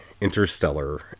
interstellar